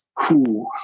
Cool